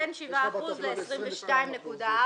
בין 7% ל-22.4%.